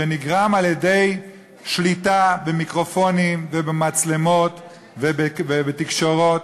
שנגרמים על-ידי שליטה במיקרופונים ובמצלמות ובתקשורות.